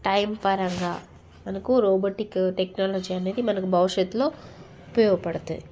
time పరంగా మనకు robotic technology అనేది మనకు భవిష్యత్తులో ఉపయోగపడుతాయి